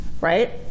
right